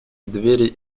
двери